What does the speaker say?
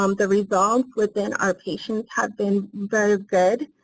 um the results within our patients has been very good.